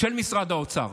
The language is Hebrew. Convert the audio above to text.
של משרד האוצר.